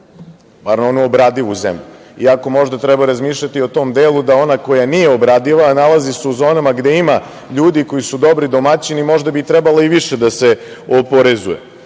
bar onu obradivu zemlju, iako možda treba razmišljati i o tom delu da ona koja nije obradiva, a nalazi se u zonama gde ima ljudi koji su dobri domaćini, možda bi trebalo i više da se oporezuje. Druga